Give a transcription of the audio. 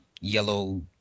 yellow